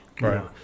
Right